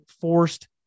forced